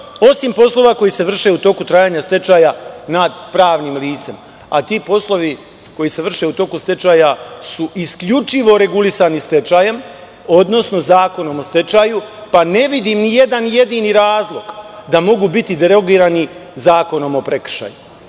osim poslova koji se vrše u toku trajanja stečaja nad pravnim licem, a ti poslovi koji se vrše u toku stečaja su isključivo regulisani stečajem, odnosno zakonom o stečaju, pa ne vidim ni jedan jedini razlog da mogu biti derogirani Zakonom o prekršaju. Zato